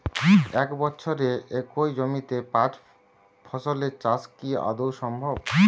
এক বছরে একই জমিতে পাঁচ ফসলের চাষ কি আদৌ সম্ভব?